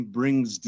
brings